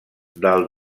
del